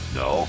no